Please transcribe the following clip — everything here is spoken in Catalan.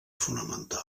fonamental